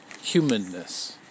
humanness